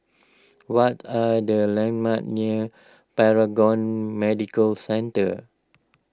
what are the landmarks near Paragon Medical Centre